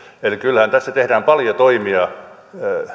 eli kyllähän tässä tehdään paljon toimia